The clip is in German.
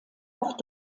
ort